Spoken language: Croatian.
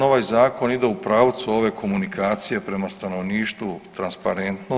Ovaj zakon ide u pravcu ove komunikacije prema stanovništvu transparentno.